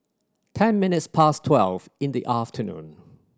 ten minutes past twelve in the afternoon